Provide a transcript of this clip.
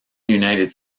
united